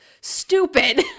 stupid